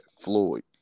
Floyd